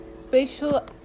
spatial